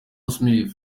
smith